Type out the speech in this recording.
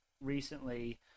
recently